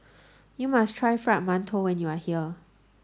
you must try fried mantou when you are here